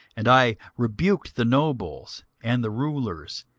and i rebuked the nobles, and the rulers,